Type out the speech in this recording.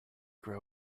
grow